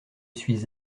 suis